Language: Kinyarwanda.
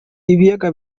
ibiyaga